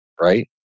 right